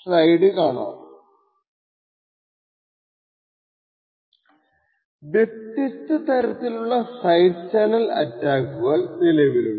വ്യത്യസ്ത തരത്തിലുള്ള side channel അറ്റാക്കുകൾ നിലവിലുണ്ട്